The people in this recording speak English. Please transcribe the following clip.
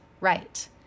right